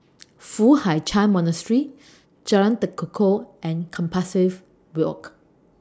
Foo Hai Ch'An Monastery Jalan Tekukor and Compassvale Walk